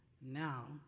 Now